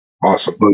Awesome